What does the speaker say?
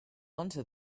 onto